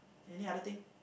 any other thing